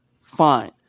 fine